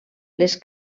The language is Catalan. les